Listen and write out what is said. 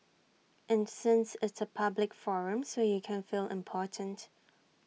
and since it's A public forum so you can feel important